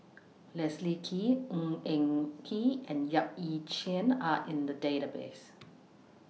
Leslie Kee Ng Eng Kee and Yap Ee Chian Are in The Database